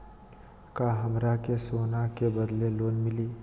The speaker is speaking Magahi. का हमरा के सोना के बदले लोन मिलि?